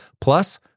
Plus